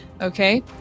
okay